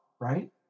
right